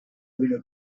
une